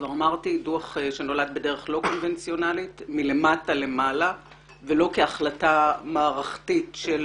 דוח זה צמח מלמטה למעלה ולא כהחלטה מערכתית של